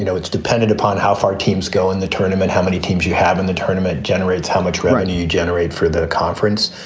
you know it's dependent upon how far teams go in the tournament, how many teams you have in the tournament generates, how much revenue you generate for the conference.